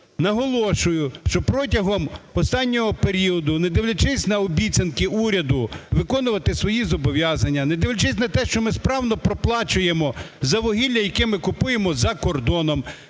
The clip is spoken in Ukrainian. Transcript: Наголошую, що протягом останнього періоду, не дивлячись на обіцянки уряду, виконувати свої зобов'язання, не дивлячись на те, що ми справно проплачуємо за вугілля, яке ми купуємо за кордоном,